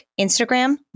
Instagram